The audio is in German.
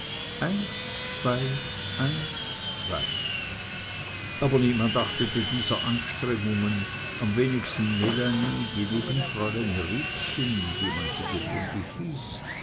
eins zwei eins zwei aber niemand achtete dieser anstrengungen am wenigsten melanie die neben fräulein riekchen wie man sie gewöhnlich hieß